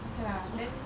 okay lah then